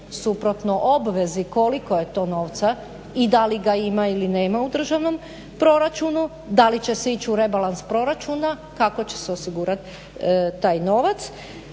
suprotno obvezi koliko je to novca i dali ga ima ili nema u državnom proračunu. Da li će se ići u rebalans proračuna, kako će se osigurati taj novac,